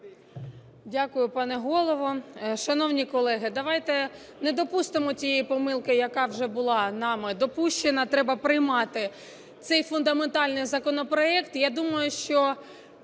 Дякую, пане Голово. Шановні колеги, давайте не допустимо тієї помилки, яка вже була нами допущена, треба приймати цей фундаментальний законопроект. Я думаю, що